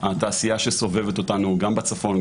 התעשייה שסובבת אותנו גם בצפון,